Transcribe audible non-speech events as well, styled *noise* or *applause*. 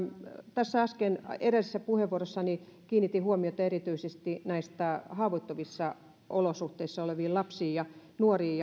tässä äsken edellisessä puheenvuorossani kiinnitin huomiota erityisesti haavoittuvissa olosuhteissa oleviin lapsiin ja nuoriin *unintelligible*